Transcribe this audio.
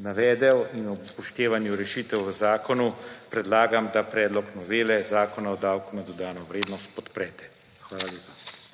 navedel, in ob upoštevanju rešitev v zakonu predlagam, da predlog novele Zakona o davku na dodano vrednost podprete. Hvala lepa.